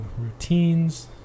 routines